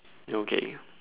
okay